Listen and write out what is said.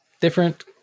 different